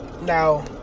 now